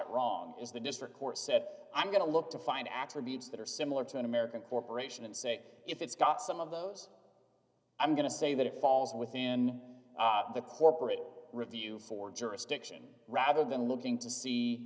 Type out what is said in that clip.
it wrong is the district court said i'm going to look to find attributes that are similar to an american corporation and say if it's got some of those i'm going to say that it falls within the corporate review for jurisdiction rather than looking to see